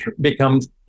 becomes